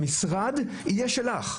המשרד יהיה שלך.